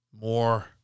more